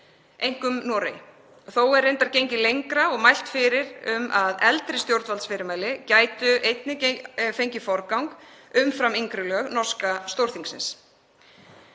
einkum Noregi. Þó er þar reyndar gengið lengra og mælt fyrir um að eldri stjórnvaldsfyrirmæli gætu einnig fengið forgang umfram yngri lög norska Stórþingsins.